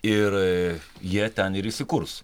ir jie ten ir įsikurs